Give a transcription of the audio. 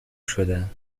شدم